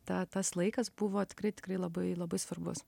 ta tas laikas buvo tikrai tikrai labai labai svarbus